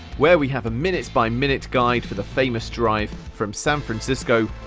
where we have a minutes by minute guide for the famous drive from san francisco,